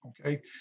Okay